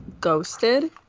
Ghosted